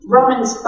Romans